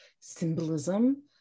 symbolism